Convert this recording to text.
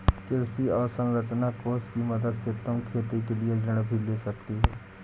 कृषि अवसरंचना कोष की मदद से तुम खेती के लिए ऋण भी ले सकती हो